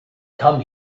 come